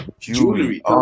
jewelry